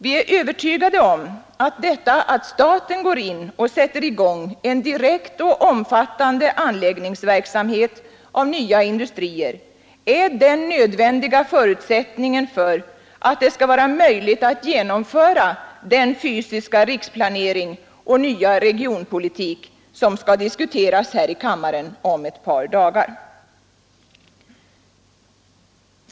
Vi är övertygade om att detta, att staten går in och sätter i gång en direkt och omfattande anläggning av nya industrier, är den nödvändiga förutsättningen för att det skall vara möjligt att genomföra den fysiska riksplanering och nya regionpolitik som skall diskuteras här i kammaren om ett par dagar.